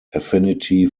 affinity